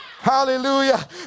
Hallelujah